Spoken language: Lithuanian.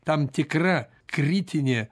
tam tikra kritinė